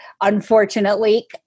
Unfortunately